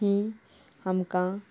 हीं आमकां